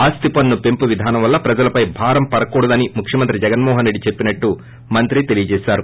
ఆస్తి పెంపు విధానం వల్ల ప్రజలపై భారం పడకూడదు అని ముఖ్యమంత్రి జగన్మోహన్ రెడ్డి చెప్పినట్లు మంత్రి తెలియజేశారు